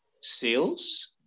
sales